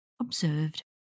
observed